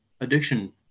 addiction